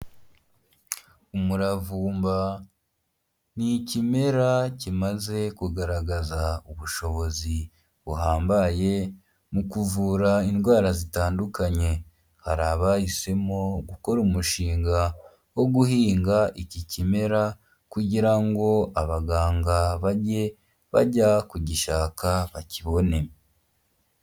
Umuravumba ni ikimera kimaze kugaragaza ubushobozi buhambaye mu kuvura indwara zitandukanye. Hari abahisemo gukora umushinga wo guhinga iki kimera, kugira ngo abaganga bajye bajya kugishaka bakibone.